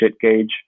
gauge